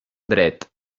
dret